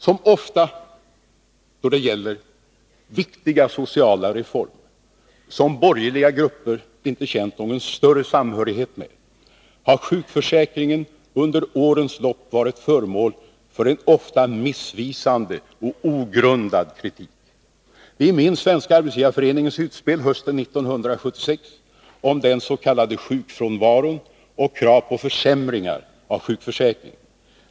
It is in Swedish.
Som ofta då det gäller viktiga sociala reformer, som borgerliga grupper inte känt någon större samhörighet med, har sjukförsäkringen under årens lopp varit föremål för en ofta missvisande och ogrundad kritik. Vi minns Svenska arbetsgivarföreningens utspel hösten 1976 om den s.k. sjukfrånvaron och krav på försämringar av sjukförsäkringen.